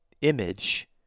image